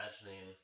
imagining